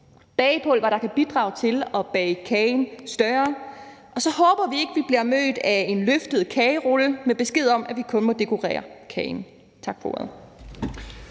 bagepulver, der kan bidrage til at bage kagen større. Og så håber vi ikke, at vi bliver mødt af en løftet kagerulle med besked om, at vi kun må dekorere kagen. Tak for ordet.